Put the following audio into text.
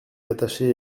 attachée